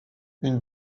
une